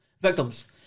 Victims